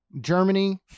germany